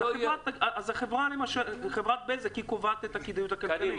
אז חברת בזק למשל קובעת את הכדאיות הכלכלית.